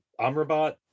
Amrabat